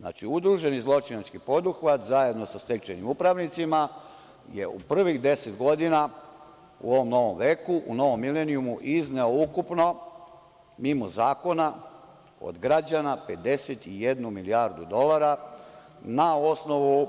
Znači, udruženi zločinački poduhvat, zajedno sa stečajnim upravnicima, je u prvih deset godina u ovom novom milenijumu izneo ukupno, mimo zakona, od građana 51 milijardu dolara na osnovu